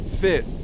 fit